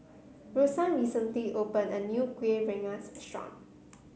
Rosann recently opened a new Kueh Rengas Restaurant